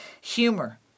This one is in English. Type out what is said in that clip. humor